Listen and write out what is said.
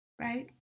right